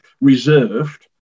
reserved